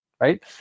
right